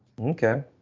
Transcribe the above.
okay